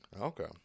Okay